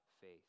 faith